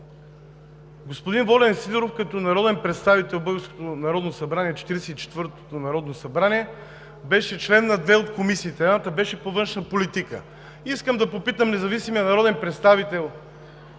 Господин Волен Сидеров като народен представител в българското Народно събрание – Четиридесет и четвъртото народно събрание, беше член на две от комисиите, едната беше по външна политика. Искам да попитам независимия народен представител,